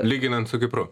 lyginant su kipru